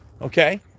okay